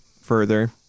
further